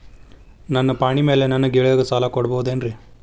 ನನ್ನ ಪಾಣಿಮ್ಯಾಲೆ ನನ್ನ ಗೆಳೆಯಗ ಸಾಲ ಕೊಡಬಹುದೇನ್ರೇ?